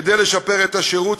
כדי לשפר את השירות,